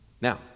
Now